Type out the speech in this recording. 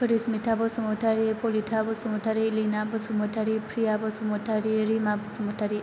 Parismita Basumatary Pabitha Basumatary Lina Basumatary Priya Basumatary Rima Basumatary